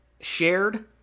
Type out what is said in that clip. shared